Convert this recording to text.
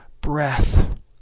breath